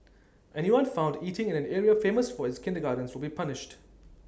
anyone found eating in an area famous for its kindergartens will be punished